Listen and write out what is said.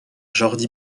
jordi